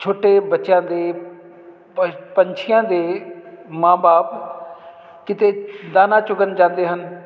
ਛੋਟੇ ਬੱਚਿਆਂ ਦੇ ਪੰਛੀਆਂ ਦੇ ਮਾਂ ਬਾਪ ਕਿਤੇ ਦਾਣਾ ਚੁਗਣ ਜਾਂਦੇ ਹਨ